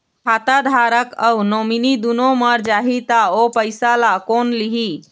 खाता धारक अऊ नोमिनि दुनों मर जाही ता ओ पैसा ला कोन लिही?